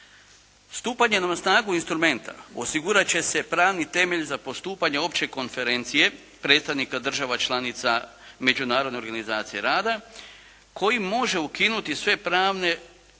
Stupanjem na snagu instrumenta osigurati će se pravni temelj za postupanje opće konferencije predstavnika država članica međunarodne organizacije rada koji može ukinuti sve pravne učinke